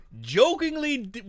jokingly